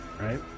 Right